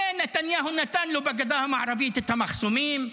ונתניהו נתן לו בגדה המערבית את המחסומים.